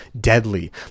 deadly